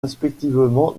respectivement